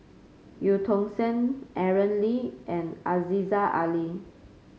Eu Tong Sen Aaron Lee and Aziza Ali